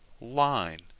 line